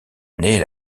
naît